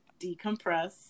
decompress